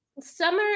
Summer